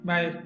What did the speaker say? Bye